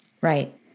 Right